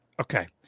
Okay